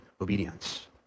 obedience